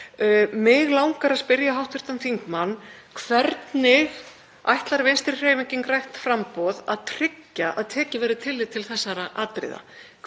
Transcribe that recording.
Mig langar að spyrja hv. þingmann: Hvernig ætlar Vinstrihreyfingin – grænt framboð að tryggja að tekið verði tillit til þessara atriða?